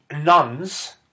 nuns